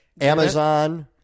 Amazon